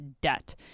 debt